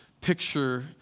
picture